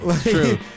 true